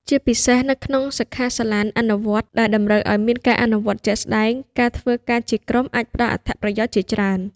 ជាពិសេសនៅក្នុង សិក្ខាសាលាអនុវត្តន៍ ដែលតម្រូវឲ្យមានការអនុវត្តជាក់ស្ដែង ការធ្វើការជាក្រុមអាចផ្តល់អត្ថប្រយោជន៍ជាច្រើន។